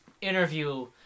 interview